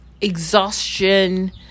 exhaustion